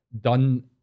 done